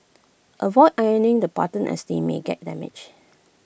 avoid ironing the buttons as they may get damaged